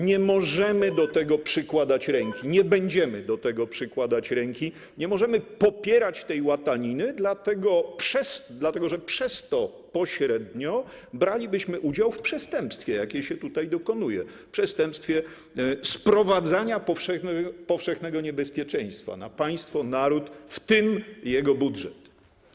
Nie możemy do tego przykładać ręki, nie będziemy do tego przykładać ręki, nie możemy popierać tej łataniny, dlatego że przez to pośrednio bralibyśmy udział w przestępstwie, jakie się tutaj dokonuje, przestępstwie sprowadzania powszechnego niebezpieczeństwa na państwo, naród, w tym jego budżet.